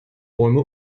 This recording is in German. bäume